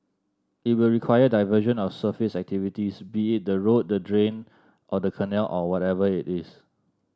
it will require diversion of surface activities be it the road the drain or the canal or whatever it is